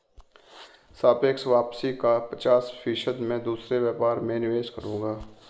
सापेक्ष वापसी का पचास फीसद मैं दूसरे व्यापार में निवेश करूंगा